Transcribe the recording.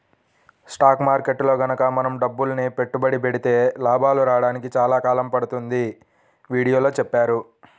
stock మార్కెట్టులో గనక మనం డబ్బులని పెట్టుబడి పెడితే లాభాలు రాడానికి చాలా కాలం పడుతుందని వీడియోలో చెప్పారు